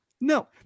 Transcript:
No